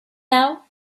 now